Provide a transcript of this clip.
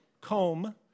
comb